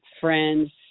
friends